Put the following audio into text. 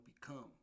become